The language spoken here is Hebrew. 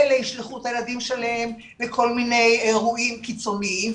אלה ישלחו את הילדים שלהם לכל מיני אירועים קיצוניים,